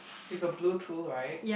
with a blue tool right